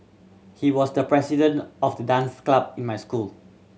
he was the president of the dance club in my school